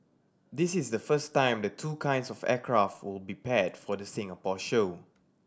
this is the first time the two kinds of aircraft will be paired for the Singapore show